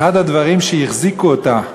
אחד הדברים שהחזיקו אותה,